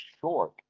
short